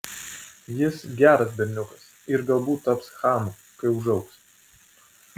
jis geras berniukas ir galbūt taps chanu kai užaugs